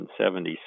1976